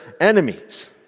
enemies